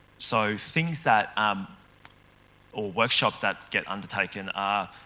so, things that um or workshops that get undertaken are